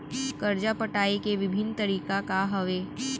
करजा पटाए के विभिन्न तरीका का हवे?